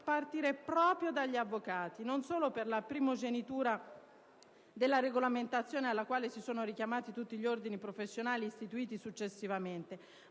partire proprio dagli avvocati, non solo per la primogenitura della regolamentazione alla quale si sono richiamati tutti gli ordini professionali istituiti successivamente,